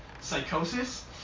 psychosis